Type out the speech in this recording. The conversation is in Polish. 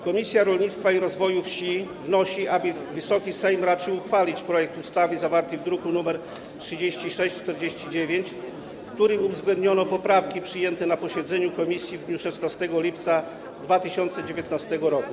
Komisja Rolnictwa i Rozwoju Wsi wnosi, aby Wysoki Sejm raczył uchwalić projekt ustawy zawarty w druku nr 3649, w którym uwzględniono poprawki przyjęte na posiedzeniu komisji w dniu 16 lipca 2019 r.